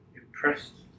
impressed